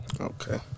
Okay